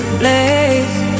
blaze